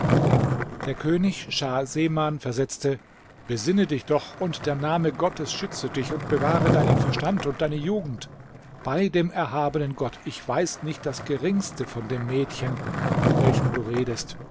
der könig schah seman versetzte besinne dich doch und der name gottes schütze dich und bewahre deinen verstand und deine jugend bei dem erhabenen gott ich weiß nicht das geringste von dem mädchen von welchem du redest